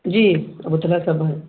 جی Abu Talha